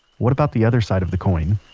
what about the other side of the coin?